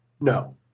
No